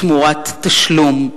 תמורת תשלום.